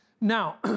Now